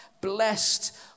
blessed